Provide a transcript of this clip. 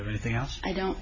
everything else i don't